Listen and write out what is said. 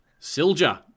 Silja